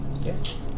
Yes